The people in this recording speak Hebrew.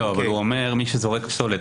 הוא מדבר על מי שזורק פסולת,